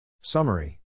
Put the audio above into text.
Summary